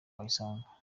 wayisanga